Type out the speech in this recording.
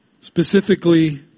Specifically